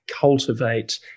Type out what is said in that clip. cultivate